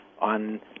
on